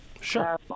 Sure